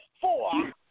four